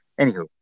anywho